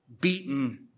beaten